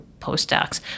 postdocs